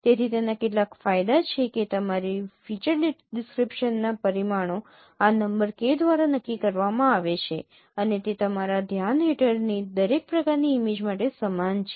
તેથી તેના કેટલાક ફાયદા છે કે તમારી ફીચર ડિસ્ક્રીપશન ના પરિમાણો આ નંબર K દ્વારા નક્કી કરવામાં આવે છે અને તે તમારા ધ્યાન હેઠળની દરેક પ્રકારની ઇમેજ માટે સમાન છે